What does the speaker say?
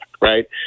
right